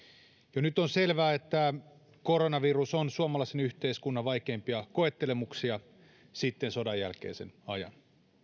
jo nyt on selvää että koronavirus on suomalaisen yhteiskunnan vaikeimpia koettelemuksia sitten sodanjälkeisen ajan